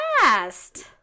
fast